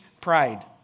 pride